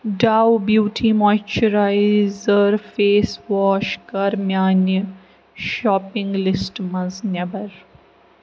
ڈاو beauty moisturiser face wash کَر میٛانہِ shopping لِسٹہٕ منٛز نیٚبر